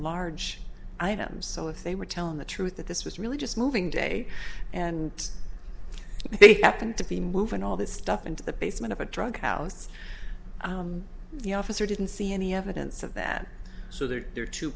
large items so if they were telling the truth that this was really just moving day and they happened to be moving all this stuff into the basement of a drug house the officer didn't see any evidence of that so there are two